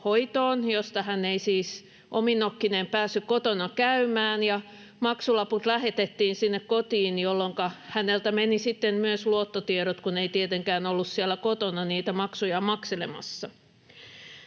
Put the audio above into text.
josta hän ei siis omin nokkineen päässyt kotona käymään, ja maksulaput lähetettiin kotiin, jolloinka häneltä menivät sitten myös luottotiedot, kun hän ei tietenkään ollut siellä kotona niitä maksuja makselemassa.